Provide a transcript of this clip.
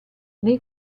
nei